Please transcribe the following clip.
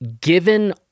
Given